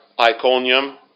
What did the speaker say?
Iconium